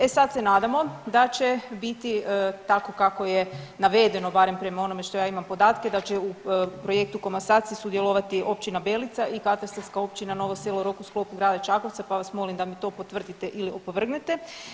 E sad se nadamo da će biti tako kako je navedeno barem prema onome što ja imam podatke, da će u projektu komasacije sudjelovati općina Belica i katastarska općina Novo Selo Rok u sklopu grada Čakovca, pa vas molim da mi to potvrdite ili opovrgnete.